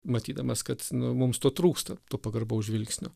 matydamas kad nu mums to trūksta to pagarbaus žvilgsnio